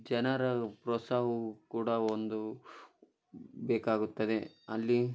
ಜನರ ಪ್ರೋತ್ಸಾವವು ಕೂಡ ಒಂದು ಬೇಕಾಗುತ್ತದೆ ಅಲ್ಲಿ